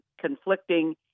conflicting